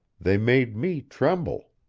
they made me tremble.